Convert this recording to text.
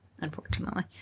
unfortunately